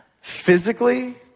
Physically